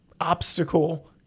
obstacle